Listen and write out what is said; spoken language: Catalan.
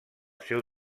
seu